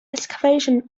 excavations